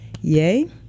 yay